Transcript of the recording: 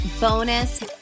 bonus